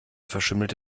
verschimmelte